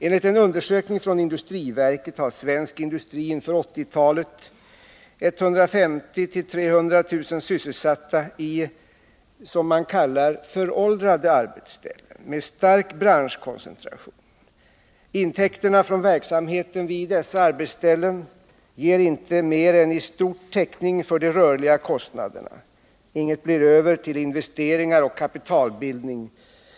Enligt en undersökning som industriverket företagit har svensk industri inför 1980-talet 150 000-300 000 sysselsatta i, som man kallar, föråldrade arbetsställen med stark branschkoncentration. Intäkterna från verksamheten vid dessa arbetsställen ger inte mer än i stort täckning för de rörliga kostnaderna. Inget blir över till investeringar och kapitalbildning.